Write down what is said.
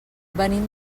venim